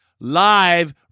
live